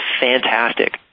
fantastic